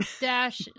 dash